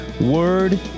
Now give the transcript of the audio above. word